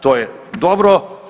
To je dobro.